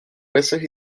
veces